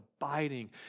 abiding